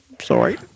Sorry